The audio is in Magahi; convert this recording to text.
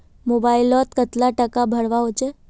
मोबाईल लोत कतला टाका भरवा होचे?